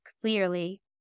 clearly